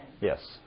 Yes